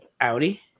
Audi